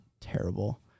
terrible